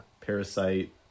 Parasite